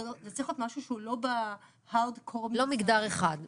זה צריך להיות משהו שהוא לא -- לא מגדר אחד בקיצור.